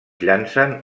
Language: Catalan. llancen